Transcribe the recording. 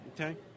Okay